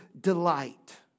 delight